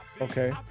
Okay